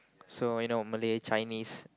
so you know Malay Chinese